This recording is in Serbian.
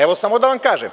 Evo, samo da vam kažem…